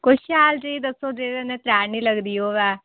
कोई शैल जेही दस्सो जेह्दे नै तरैह्ट निं लगदी होऐ